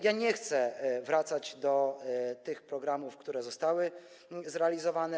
Ja nie chcę wracać do programów, które zostały zrealizowane.